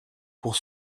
pour